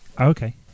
Okay